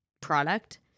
product